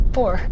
Four